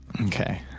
Okay